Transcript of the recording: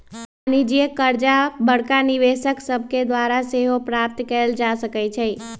वाणिज्यिक करजा बड़का निवेशक सभके द्वारा सेहो प्राप्त कयल जा सकै छइ